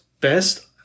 best